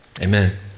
amen